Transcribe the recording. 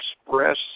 express